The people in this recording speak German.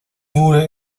wurde